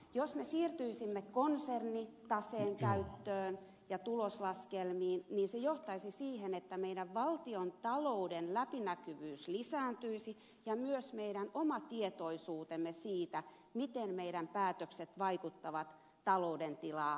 jos me siirtyisimme konsernitaseen käyttöön ja tuloslaskelmiin niin se johtaisi siihen että meidän valtiontalouden läpinäkyvyys lisääntyisi ja myös meidän oma tietoisuutemme siitä miten meidän päätöksemme vaikuttavat talouden tilaan parantuisi